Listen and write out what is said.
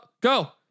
Go